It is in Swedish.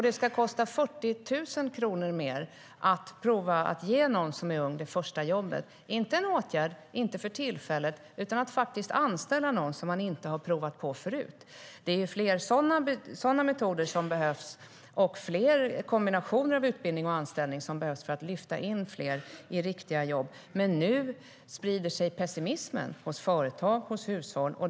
Det ska kosta 40 000 kronor mer att prova att ge någon som är ung det första jobbet, inte som en åtgärd, inte för tillfället, utan att faktiskt anställa någon som man inte har provat på förut. Det är fler sådana metoder som behövs och fler kombinationer av utbildning och anställning för att lyfta in fler i riktiga jobb. Men nu sprider sig pessimismen hos företag och hushåll.